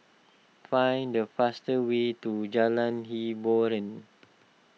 find the fastest way to Jalan Hiboran